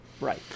Right